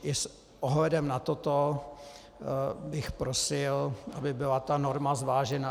I s ohledem na toto bych prosil, aby byla norma zvážena.